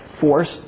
force